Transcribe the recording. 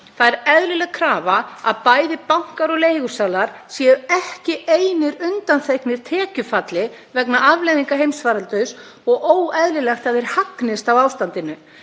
Það er eðlileg krafa að bæði bankar og leigusalar séu ekki einir undanþegnir tekjufalli vegna afleiðinga heimsfaraldurs og óeðlilegt að þeir hagnist á ástandinu.